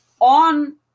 on